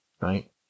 right